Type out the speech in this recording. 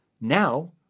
now